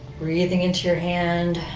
breathing into your hand,